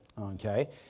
Okay